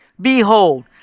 behold